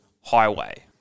Highway